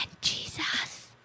Jesus